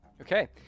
Okay